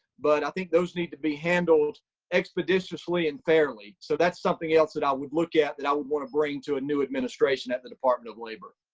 but i think those need to be handled expeditiously and fairly. so that's something else that i would look at that i would wanna bring to a new administration at the department of labor.